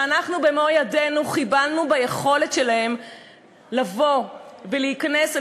שאנחנו במו-ידינו חיבלנו ביכולת שלהם לבוא ולהיכנס אל